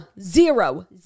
zero